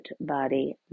body